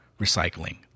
recycling